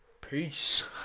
Peace